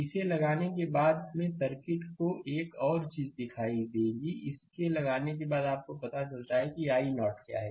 इसे लगाने के बाद बाद में सर्किट को एक और चीज दिखाई देगी इसे लगाने के बाद आपको पता चलता है कि i0 क्या है